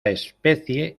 especie